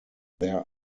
there